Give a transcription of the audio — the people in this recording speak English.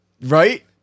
Right